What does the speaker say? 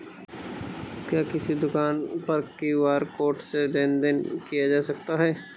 क्या किसी दुकान पर क्यू.आर कोड से लेन देन देन किया जा सकता है?